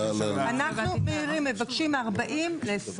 אנחנו מבקשים מ-40 ל-20.